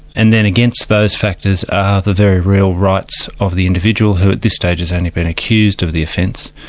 and then against those factors are the very real rights of the individual who at this stage has only been accused of the offence.